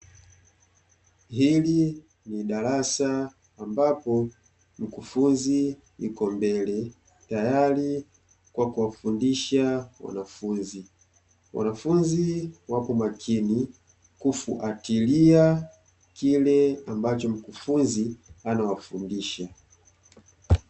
Hili ni darasa ambapo mkufunzi yuko mbele, tayari kwa kuwafundisha wanafunzi. Wanafunzi wapo makini kufuatilia kile ambacho mkufunzi anawafundisha.